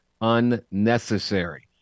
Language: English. unnecessary